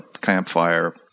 campfire